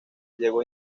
llegó